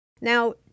Now